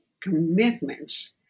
commitments